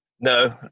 No